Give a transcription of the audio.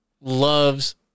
Loves